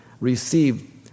receive